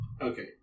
Okay